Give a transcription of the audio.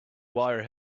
wire